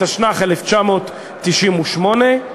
התשנ"ח 1998,